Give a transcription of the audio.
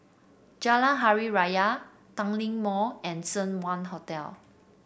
Jalan Hari Raya Tanglin Mall and Seng Wah Hotel